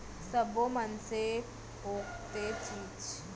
सब्बो मनसे ओतेख चीज बस वाला नइ रहय के अपन लइका ल बने पड़हा लिखा सकय